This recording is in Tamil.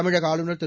தமிழக ஆளுநர் திரு